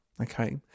Okay